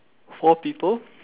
four people